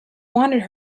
wanted